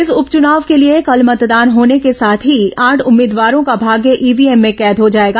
इस उपचुनाव के लिए कल मतदान होने के साथ ही आठ उम्मीदवारों का भाग्य ईव्हीएम में कैद हो जाएगा